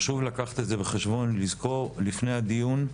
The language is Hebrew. חשוב לקחת את זה בחשבון, לזכור לפני הדיון,